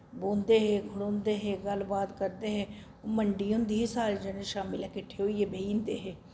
बौंह्दे हे खड़ोंदे हे गल्लबात करदे हे मंडी होंदी ही सारे जने शामीं'लै किट्ठे होइयै बेही जंदे हे